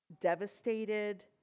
devastated